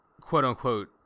quote-unquote